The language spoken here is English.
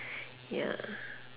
ya